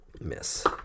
miss